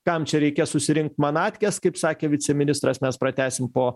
kam čia reikia susirinkt manatkes kaip sakė viceministras mes pratęsim po